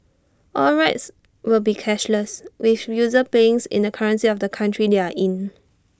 all rides will be cashless with users paying in the currency of the country they are in